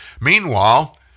Meanwhile